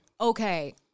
Okay